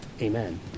Amen